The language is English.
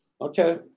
Okay